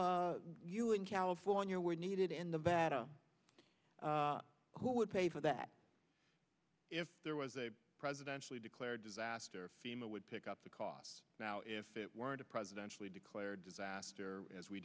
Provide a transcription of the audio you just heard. you in california were needed in the battle who would pay for that if there was a presidential declared disaster fema would pick up the cost now if it weren't a presidential declared disaster as we